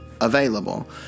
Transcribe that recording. available